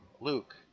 Luke